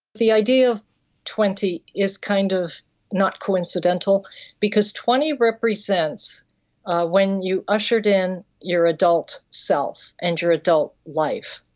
the idea of twenty is kind of not coincidental because twenty represents when you ushered in your adult self and your adult life,